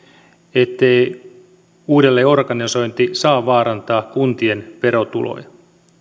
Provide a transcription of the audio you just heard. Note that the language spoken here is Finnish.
ettei uudelleenorganisointi saa vaarantaa kuntien verotuloja